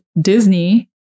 Disney